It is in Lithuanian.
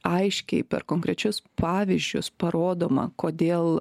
aiškiai per konkrečius pavyzdžius parodoma kodėl